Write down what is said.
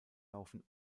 laufen